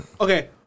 Okay